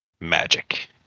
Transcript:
magic